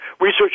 Research